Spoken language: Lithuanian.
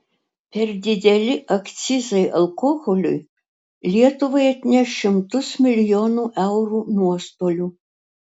per dideli akcizai alkoholiui lietuvai atneš šimtus milijonų eurų nuostolių